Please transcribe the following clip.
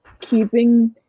keeping